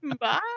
Bye